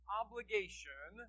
obligation